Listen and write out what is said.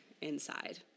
inside